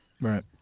Right